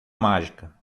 mágica